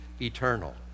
eternal